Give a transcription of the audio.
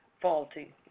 faulty